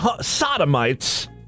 Sodomites